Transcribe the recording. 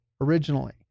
originally